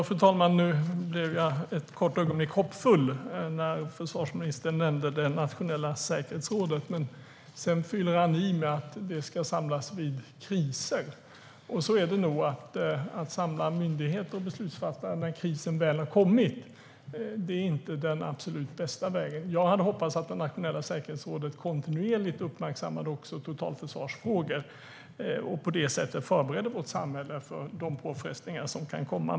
Fru talman! Nu blev jag hoppfull för ett kort ögonblick när försvarsministern nämnde det nationella säkerhetsrådet. Men sedan fyllde han i med att det ska samlas vid kriser. Att samla myndigheter och beslutsfattare när krisen väl har kommit är inte den absolut bästa vägen. Jag hade hoppats att det nationella säkerhetsrådet kontinuerligt uppmärksammade också totalförsvarsfrågor och på det sättet förberedde vårt samhälle för de påfrestningar som kan komma.